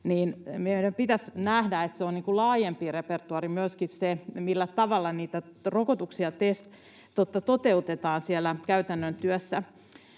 Meidän pitäisi nähdä, että on laajempi repertuaari myöskin siinä, millä tavalla niitä rokotuksia toteutetaan siellä käytännön työssä.